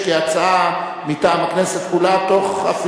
נתקבלה.